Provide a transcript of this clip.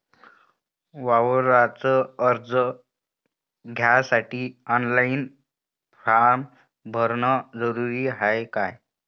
वावराच कर्ज घ्यासाठी ऑनलाईन फारम भरन जरुरीच हाय का?